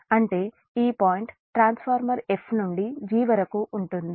అంటే ఈ point transformer f నుండి g వరకు ఉంటుంది